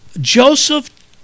Joseph